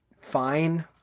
Fine